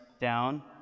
down